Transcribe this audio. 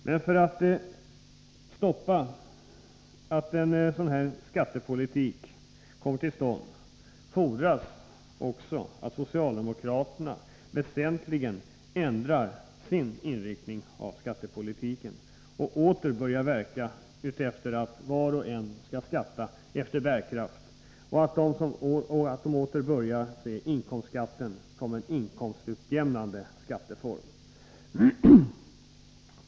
Men för att hindra att en sådan skattepolitik kommer till stånd fordras också att socialdemokraterna väsentligen ändrar sin inriktning av skattepolitiken och åter börjar verka för att var och en skall skatta efter bärkraft. Det fordras också att de åter börjar se inkomstskatten som en inkomstutjämnande skatteform.